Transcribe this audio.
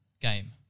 game